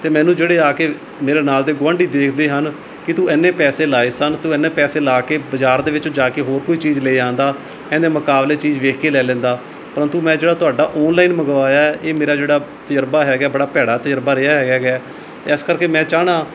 ਅਤੇ ਮੈਨੂੰ ਜਿਹੜੇ ਆ ਕੇ ਮੇਰੇ ਨਾਲ਼ ਦੇ ਗੁਆਂਢੀ ਦੇਖਦੇ ਹਨ ਕਿ ਤੂੰ ਇੰਨੇ ਪੈਸੇ ਲਾਏ ਸਨ ਤੂੰ ਇੰਨੇ ਪੈਸੇ ਲਾ ਕੇ ਬਜ਼ਾਰ ਦੇ ਵਿੱਚ ਜਾ ਕੇ ਹੋਰ ਕੋਈ ਚੀਜ਼ ਲੈ ਆਉਂਦਾ ਇਹਦੇ ਮੁਕਾਬਲੇ ਚੀਜ਼ ਵੇਖ ਕੇ ਲੈ ਲੈਂਦਾ ਪ੍ਰੰਤੂ ਮੈਂ ਜਿਹੜਾ ਤੁਹਾਡਾ ਔਨਲਾਈਨ ਮੰਗਵਾਇਆ ਇਹ ਮੇਰਾ ਜਿਹੜਾ ਤਜ਼ਰਬਾ ਹੈਗਾ ਬੜਾ ਭੈੜਾ ਤਜ਼ਰਬਾ ਰਿਹਾ ਹੈਗਾ ਹੈਗਾ ਅਤੇ ਇਸ ਕਰਕੇ ਮੈਂ ਚਾਹੁੰਦਾ